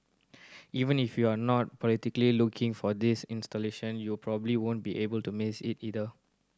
even if you are not politically looking for this installation you probably won't be able to miss it either